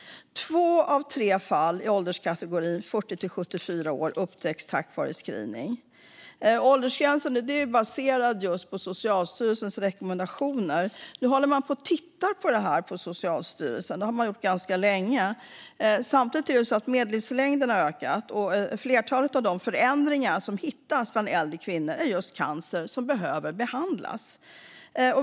Två av tre fall i ålderskategorin 40-74 år upptäcks tack vare screening. Åldersgränsen är baserad på Socialstyrelsens rekommendationer. Nu håller Socialstyrelsen på och tittar på detta. Det har man gjort ganska länge. Samtidigt har medellivslängden ökat, och flertalet av de förändringar som hittas bland äldre kvinnor är just cancer som behöver behandlas.